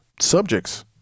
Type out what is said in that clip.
subjects